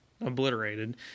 obliterated